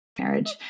marriage